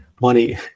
money